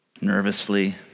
nervously